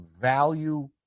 value –